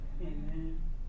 Amen